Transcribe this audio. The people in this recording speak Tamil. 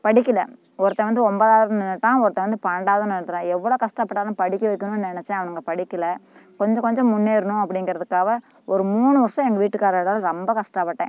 படிக்கலை ஒருத்தன் வந்து ஒன்பதாவதுல நின்னுவிட்டான் ஒருத்தன் வந்து பன்னெண்டாவதுல நிறுத்திட்டான் எவ்வளோ கஷ்டப்பட்டாலும் படிக்க வைக்கணுன்னு நெனைச்சேன் ஆனால் அவங்க படிக்கலை கொஞ்சம் கொஞ்சம் முன்னேறணும் அப்டிங்கிறதுக்காக ஒரு மூணு வருஷம் எங்கள் வீட்டுக்காரரோட ரொம்ப கஷ்டப்பட்டேன்